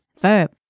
verb